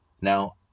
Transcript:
Now